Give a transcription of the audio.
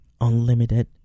unlimited